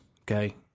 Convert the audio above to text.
Okay